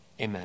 Amen